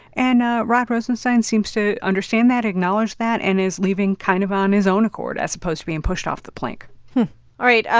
and ah rod rosenstein seems to understand that, acknowledge that and is leaving kind of on his own accord as opposed to being pushed off the plank all right.